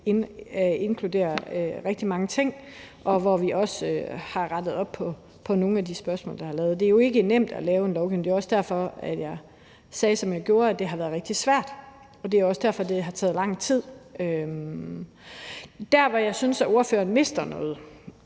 inkluderer rigtig mange ting, og hvor vi også har rettet op på nogle af de spørgsmål, der har været. Det er jo ikke nemt at lave en lovgivning, det er også derfor, jeg sagde, som jeg gjorde, at det har været rigtig svært, og det er også derfor, det har taget rigtig lang tid. Der, hvor jeg synes ordføreren mister noget,